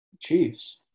Chiefs